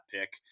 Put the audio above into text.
pick